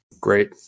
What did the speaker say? Great